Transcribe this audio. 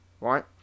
right